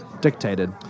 dictated